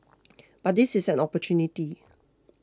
but this is an opportunity